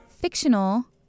Fictional